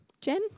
Jen